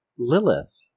Lilith